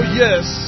yes